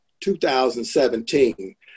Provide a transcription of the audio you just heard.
2017